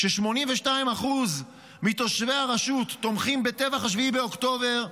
כש-82% מתושבי הרשות תומכים בטבח 7 באוקטובר,